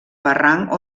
barranc